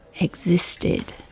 existed